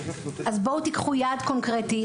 בואו תיקחו יעד קונקרטי.